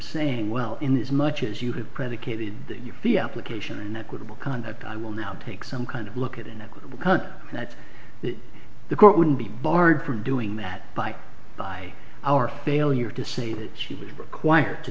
saying well in this much as you have predicated the application and equitable conduct i will now take some kind of look at an equitable cut that the court would be barred from doing that by by our failure to say that she was required to